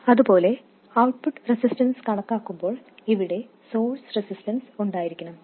അതുപോലെ output resistance കണക്കാക്കുമ്പോൾ ഇവിടെ സോഴ്സ് റെസിസ്റ്റൻസ് ഉണ്ടായിരിക്കണം